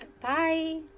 Bye